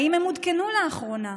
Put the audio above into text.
ואם הם עודכנו, לאחרונה.